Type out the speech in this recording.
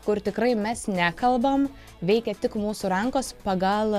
kur tikrai mes nekalbam veikia tik mūsų rankos pagal